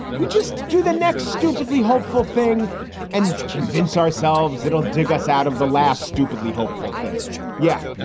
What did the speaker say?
we just do the next stupidly hopeful thing and convince ourselves they don't dig us out of the last stupidly hopeful thing. yeah,